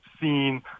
seen